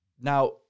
Now